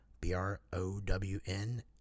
B-R-O-W-N